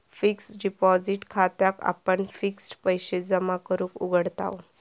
fixed deposit खात्याक आपण fixed पैशे जमा करूक उघडताव